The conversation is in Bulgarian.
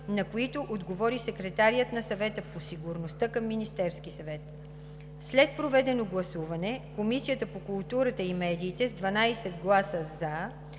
на които отговори секретарят на Съвета по сигурността към Министерския съвет. След проведено гласуване Комисията по културата и медиите с 12 гласа „за“,